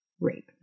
Rape